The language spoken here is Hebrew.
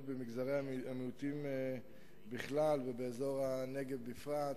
במגזרי המיעוטים בכלל ובאזור הנגב בפרט.